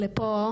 לפה,